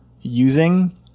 using